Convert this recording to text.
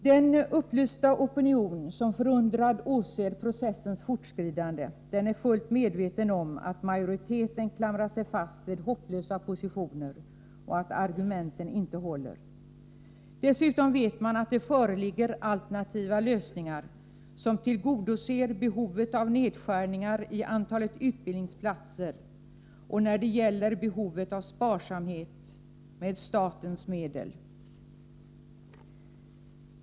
Den upplysta opinion som förundrad har åsett processens fortskridande är fullt medveten om att majoriteten klamrar sig fast vid hopplösa positioner och att argumenten inte håller. Dessutom vet man att det föreligger alternativa lösningar, som tillgodoser behovet av nedskärningar i antalet utbildningsplatser och av sparsamhet med statens medel.